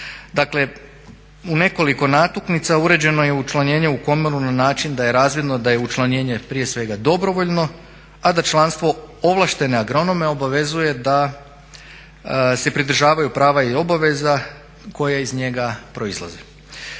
Dakle, u nekoliko natuknica uređeno je učlanjenje u komoru na način da je razvidno da je učlanjenje prije svega dobrovoljno, a da članstvo ovlaštene agronome obavezuje da se pridržavaju prava i obaveza koje iz njega proizlaze.